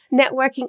Networking